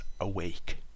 awake